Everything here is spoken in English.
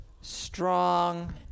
strong